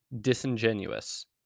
disingenuous